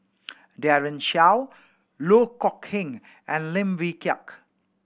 Daren Shiau Loh Kok Heng and Lim Wee Kiak